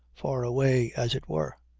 far away, as it were.